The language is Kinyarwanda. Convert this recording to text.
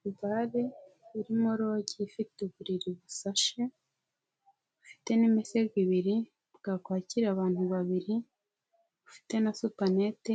Ni bare irimo rogi ifite uburiri busashe, bufite n'imisego ibiri, bwakwakira abantu babiri, bufite na supanete